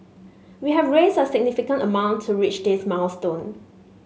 we have raised a significant amount to reach this milestone